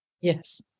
Yes